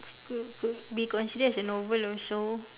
could could be consider as a novel also